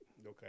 Okay